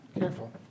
Careful